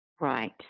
Right